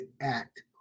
act